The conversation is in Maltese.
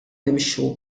nimxu